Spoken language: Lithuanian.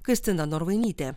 kristina norvainytė